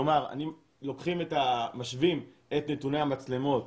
כלומר, אם משווים את נתוני המצלמות